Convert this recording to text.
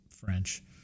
French